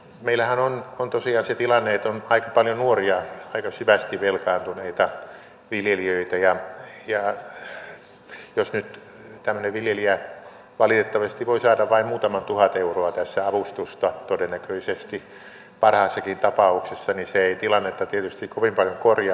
meillähän on tosiaan se tilanne että on aika paljon nuoria aika syvästi velkaantuneita viljelijöitä ja jos nyt tämmöinen viljelijä valitettavasti voi saada vain muutaman tuhat euroa tässä avustusta todennäköisesti parhaassakin tapauksessa niin se ei tilannetta tietysti kovin paljon korjaa